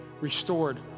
restored